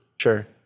Sure